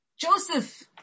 Joseph